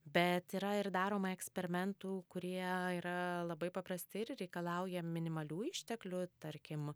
bet yra ir daroma eksperimentų kurie yra labai paprasti ir reikalauja minimalių išteklių tarkim